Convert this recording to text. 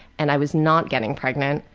and i was not getting pregnant,